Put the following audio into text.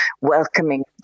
welcoming